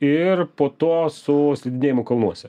ir po to su slidinėjimu kalnuose